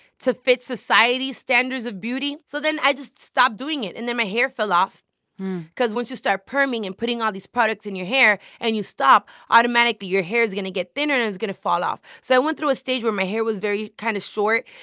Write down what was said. to fit society's standards of beauty? so then i just stopped doing it. and then my hair fell off because once you start perming and putting all these products in your hair and you stop, automatically, your hair is going to get thinner, and it is going to fall off. so i went through a stage where my hair was very kind of short.